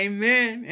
Amen